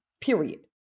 period